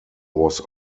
was